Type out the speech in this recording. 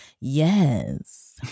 Yes